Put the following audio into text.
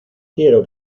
quiero